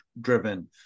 driven